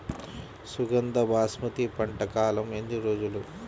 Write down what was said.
సుగంధ బాస్మతి పంట కాలం ఎన్ని రోజులు?